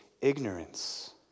ignorance